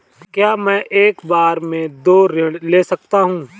क्या मैं एक बार में दो ऋण ले सकता हूँ?